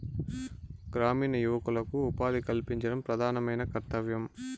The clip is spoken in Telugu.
గ్రామీణ యువకులకు ఉపాధి కల్పించడం ప్రధానమైన కర్తవ్యం